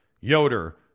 Yoder